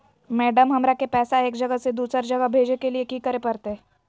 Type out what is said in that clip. Madam, हमरा के पैसा एक जगह से दुसर जगह भेजे के लिए की की करे परते?